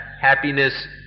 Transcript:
happiness